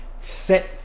Set